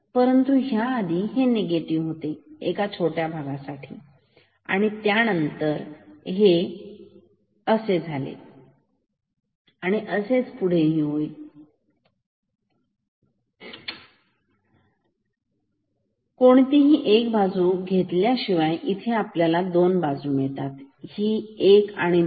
परंतु ह्याआधी हे निगेटिव्ह होते एका छोट्या भागासाठी आणि त्यानंतर हे दिवस झाले आणि असेच पुढेही म्हणजे कोणतीही एक बाजू घेण्याशिवाय इथे आपल्याला दोन बाजू मिळतात ही एक आणि दुसरी